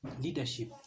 leadership